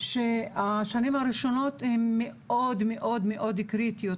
שהשנים הראשונות הן מאוד קריטיות